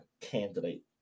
candidate